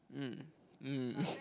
um um